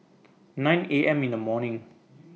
nine A M in The morning